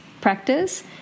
practice